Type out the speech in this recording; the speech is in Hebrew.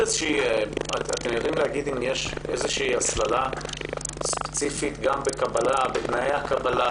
אתם יודעים להגיד אם יש איזו הסללה ספציפית גם בתנאי הקבלה